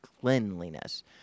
cleanliness